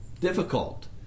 difficult